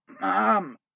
Mom